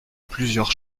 plusieurs